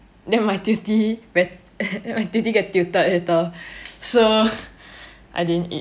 then my tutee very then my tutee get tilted later so I didn't eat